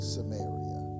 Samaria